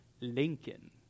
Lincoln